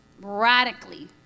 radically